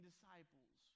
Disciples